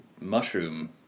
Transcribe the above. mushroom